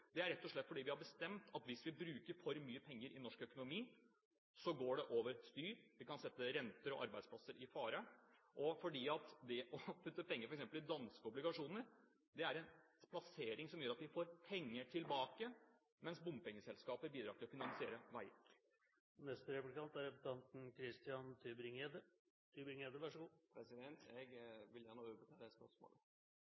Det er rett og slett fordi vi har bestemt at hvis vi bruker for mye penger i norsk økonomi, går det over styr – vi kan sette renter og arbeidsplasser i fare – og at det å putte penger i f.eks. danske obligasjoner, er en plassering som gjør at vi får penger tilbake, mens bompengeselskaper bidrar til å finansiere veier. Neste replikant er representanten Christian Tybring-Gjedde. President, jeg